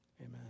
amen